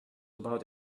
about